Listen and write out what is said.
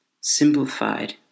simplified